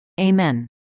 Amen